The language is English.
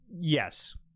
yes